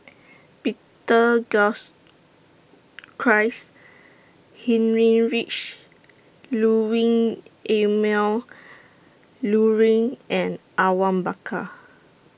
Peter Heinrich Ludwing Emil Luering and Awang Bakar